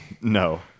no